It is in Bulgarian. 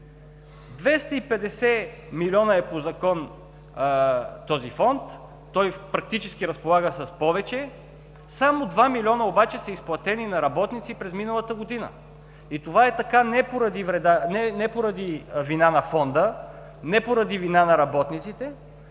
милиона са по Закон в този Фонд. Той практически разполага с повече, само два милиона обаче са изплатени на работници през миналата година. Това е така не поради вина на Фонда, не поради вина на работниците,